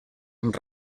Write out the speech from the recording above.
amb